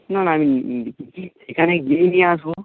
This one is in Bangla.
না না আমি সেখানে গিয়েই নিয়ে আসবো